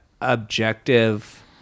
objective